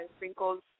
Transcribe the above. wrinkles